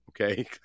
Okay